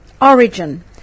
Origin